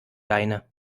leine